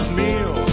meal